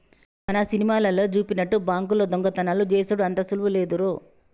మన సినిమాలల్లో జూపినట్టు బాంకుల్లో దొంగతనాలు జేసెడు అంత సులువు లేదురో